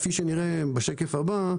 כפי שנראה בשקף הבא,